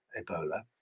ebola